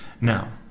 Now